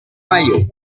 mayo